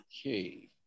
Okay